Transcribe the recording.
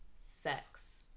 sex